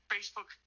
facebook